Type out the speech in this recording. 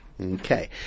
Okay